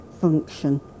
function